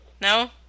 No